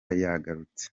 yagarutse